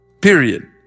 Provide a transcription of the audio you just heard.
Period